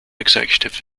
executive